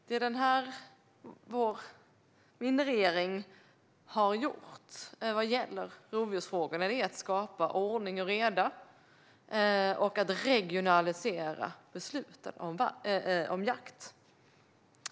Vad regeringen har gjort vad gäller rovdjursfrågorna är att skapa ordning och reda och att regionalisera besluten om jakt.